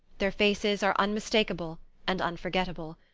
their faces are unmistakable and unforgettable.